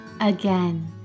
Again